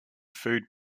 food